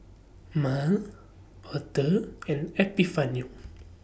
Mal Author and Epifanio